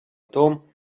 том